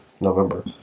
November